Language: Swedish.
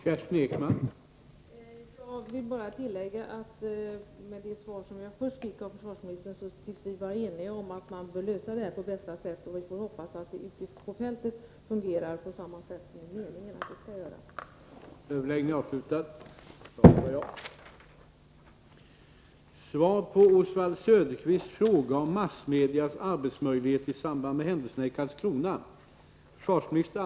Herr talman! Jag vill bara tillägga att vi — med tanke på det svar som jag först fick av försvarsministern — tycks vara eniga om att man bör lösa problemet på bästa sätt. Vi får hoppas att det ute på fältet fungerar på det vis som det är meningen att det skall göra.